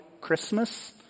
Christmas